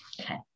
Okay